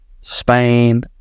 Spain